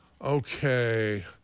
okay